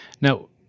Now